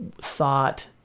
thought